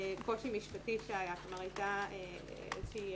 קושי משפטי שהיה, כלומר הייתה איזה שהיא